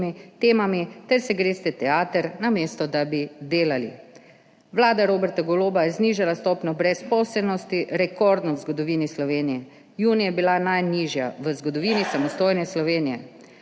temami ter se greste teater, namesto da bi delali. Vlada Roberta Goloba je znižala stopnjo brezposelnosti, rekordno v zgodovini Slovenije. Junija je bila najnižja v zgodovini samostojne Slovenije.